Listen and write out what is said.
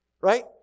Right